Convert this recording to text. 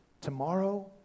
tomorrow